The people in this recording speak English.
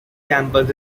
campus